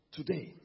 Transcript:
Today